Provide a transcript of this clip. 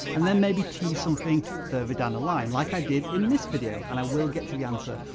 and then maybe tease something further down the line. like i did in this video, and i will get to the answer,